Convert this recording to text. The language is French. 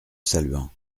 saluant